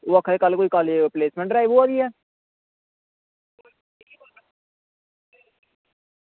ओह् आक्खा दे कल्ल कॉलेज़ कोई प्लेसमेंट ड्राईव होआ दी ऐ